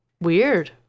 Weird